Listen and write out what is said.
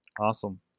Awesome